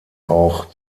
auch